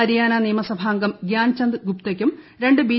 ഹരിയാന നിയമസഭാംഗം ഗ്യാൻചന്ദ് ഗുപ്തയ്ക്കും രണ്ട് ബി